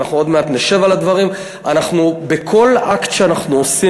ואנחנו עוד מעט נשב על הדברים: בכל אקט שאנחנו עושים,